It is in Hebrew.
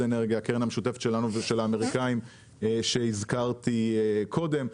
המשותפת שלנו ושל האמריקאים שהזכרתי קודם.